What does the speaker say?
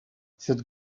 cette